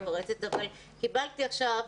קיבלתי עכשיו